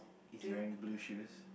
is he wearing blue shoes